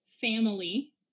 Family